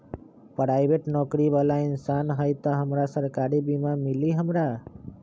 Private नौकरी बाला इंसान हई त हमरा सरकारी बीमा मिली हमरा?